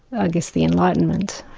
i guess the enlightenment,